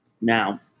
Now